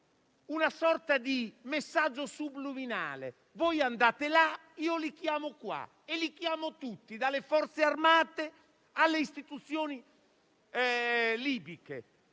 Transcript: una sorta di messaggio subliminale: voi andate là, io li chiamo qua e li chiamo tutti, dalle Forze armate alle istituzioni libiche.